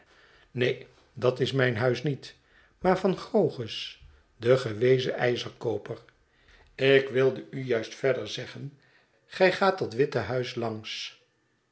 naen dat is mijn huis niet maar van grogus den gewezen ijzerkooper ik wild e ujuist verder zeggen gij gaat dat witte huis langs